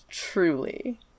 Truly